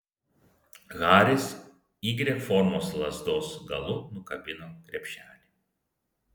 haris y formos lazdos galu nukabino krepšelį